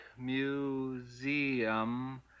Museum